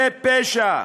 זה פשע.